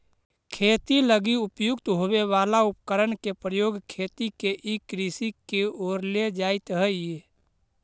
खेती लगी उपयुक्त होवे वाला उपकरण के प्रयोग खेती के ई कृषि के ओर ले जाइत हइ